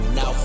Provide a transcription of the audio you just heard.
now